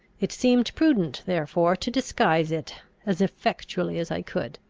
it seemed prudent therefore to disguise it as effectually as i could.